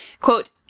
Quote